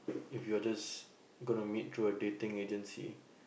if you're just gonna meet through a dating agency